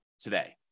today